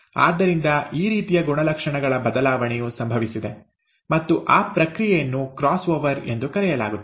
ಆದ್ದರಿಂದ ಆ ರೀತಿಯ ಗುಣಲಕ್ಷಣಗಳ ಬದಲಾವಣೆಯು ಸಂಭವಿಸಿದೆ ಮತ್ತು ಆ ಪ್ರಕ್ರಿಯೆಯನ್ನು ಕ್ರಾಸ್ ಓವರ್ ಎಂದು ಕರೆಯಲಾಗುತ್ತದೆ